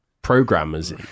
programmers